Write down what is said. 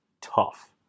tough